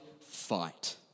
fight